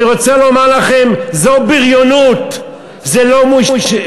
אני רוצה לומר לכם, זו בריונות, זה לא משילות.